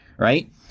right